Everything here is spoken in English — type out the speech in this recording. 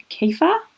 kefir